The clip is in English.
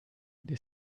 they